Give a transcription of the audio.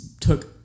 took